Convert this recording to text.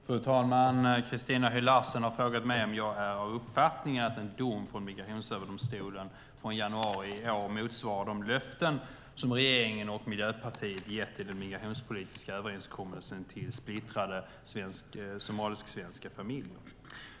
Fru talman! Christina Höj Larsen har frågat mig om jag är av uppfattningen att en dom från Migrationsöverdomstolen från januari i år motsvarar de löften som regeringen och Miljöpartiet gett i den migrationspolitiska överenskommelsen till splittrade somalisk-svenska familjer.